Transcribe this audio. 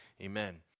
Amen